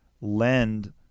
lend